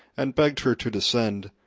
and begged her to descend,